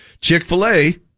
Chick-fil-A